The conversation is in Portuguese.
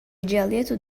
dialeto